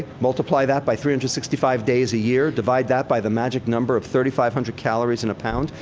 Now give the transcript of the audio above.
multiply that by three hundred and sixty five days a year. divide that by the magic number of thirty five hundred calories in a pound.